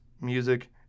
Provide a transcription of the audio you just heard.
music